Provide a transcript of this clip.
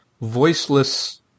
voiceless